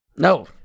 No